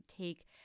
take